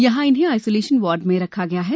यंहा इन्हें isolation ward में रखा गया है